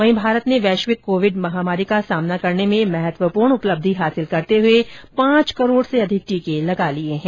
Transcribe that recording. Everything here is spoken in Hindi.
वहीं भारत ने वैश्विक कोविड महामारी का सामना करने में महत्वपूर्ण उपलब्धि हासिल करते हुए पांच करोड़ से अधिक टीके लगा लिए हैं